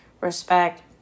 respect